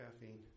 caffeine